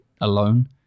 alone